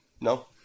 No